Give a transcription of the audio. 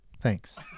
Thanks